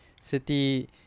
City